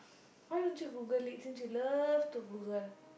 why don't you Google it since you love to Google